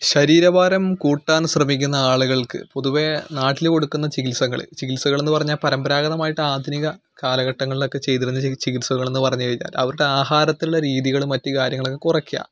ശരീരഭാരം കൂട്ടാൻ ശ്രമിക്കുന്ന ആളുകൾക്ക് പൊതുവേ നാട്ടിൽ കൊടുക്കുന്ന ചികിത്സകൾ ചികിത്സകൾ എന്ന് പറഞ്ഞാൽ പരമ്പരാഗതമായിട്ട് ആധുനിക കാലഘട്ടങ്ങളിലൊക്കെ ചെയ്തിരുന്ന ച് ചികിത്സകൾ എന്ന് പറഞ്ഞ് കഴിഞ്ഞാൽ അവരുടെ ആഹാരത്തിലെ രീതികളും മറ്റ് കാര്യങ്ങളൊക്കെ കുറയ്ക്കുക